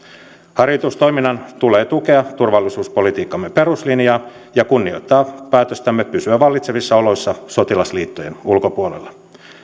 harjoitustoiminnan tulee tukea turvallisuuspolitiikkamme peruslinjaa ja kunnioittaa päätöstämme pysyä vallitsevissa oloissa sotilasliittojen ulkopuolella